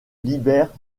libère